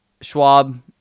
Schwab